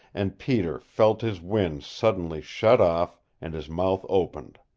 and peter felt his wind suddenly shut off, and his mouth opened.